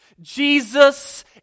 Jesus